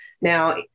Now